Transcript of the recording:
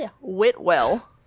Whitwell